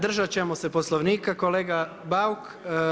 Držat ćemo se Poslovnika kolega Bauk.